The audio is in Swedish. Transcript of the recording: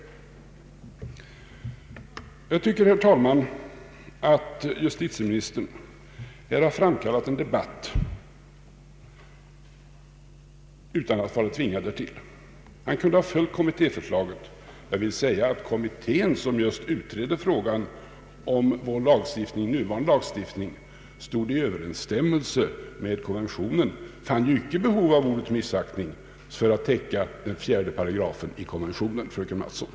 Herr talman! Jag tycker att justitieministern här har framkallat debatt utan att vara tvingad därtill. Han kunde ha följt kommittéförslaget. Jag vill påpeka att kommittén, som just utreder frågan om vår nuvarande lagstiftning, lade fram ett förslag som stod i överensstämmelse med konventionen och fann att det inte förelåg behov av ordet missaktning för att täcka paragraf 4 i konventionen, fröken Mattson.